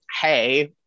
hey